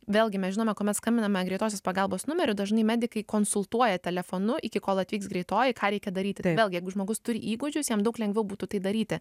vėlgi mes žinome kuomet skambiname greitosios pagalbos numeriu dažnai medikai konsultuoja telefonu iki kol atvyks greitoji ką reikia daryti tai vėlgi jeigu žmogus turi įgūdžių jis jam daug lengviau būtų tai daryti